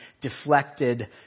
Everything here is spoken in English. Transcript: deflected